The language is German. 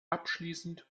abschließend